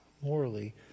morally